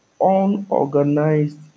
unorganized